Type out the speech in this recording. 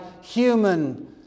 human